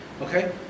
okay